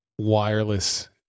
wireless